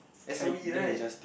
S_O_E right